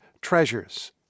Treasures